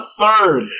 third